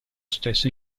stesso